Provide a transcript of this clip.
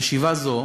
חשיבה זו